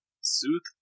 Sooth